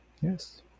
Yes